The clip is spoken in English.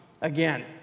Again